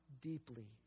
deeply